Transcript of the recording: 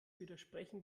widersprechen